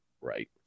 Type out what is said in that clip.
Right